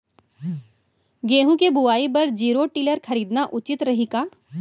गेहूँ के बुवाई बर जीरो टिलर खरीदना उचित रही का?